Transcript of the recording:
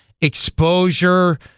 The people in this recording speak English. exposure